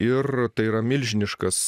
ir tai yra milžiniškas